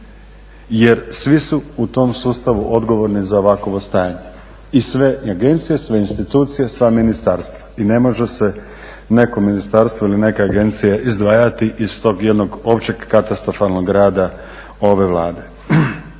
jer svi su u tom sustavu odgovorni za ovakvo stanje. I sve agencije i sve institucije, sva ministarstva. I ne može se neko ministarstvo ili neka agencija izdvajati iz tog jednog općeg katastrofalnog rada ove Vlade.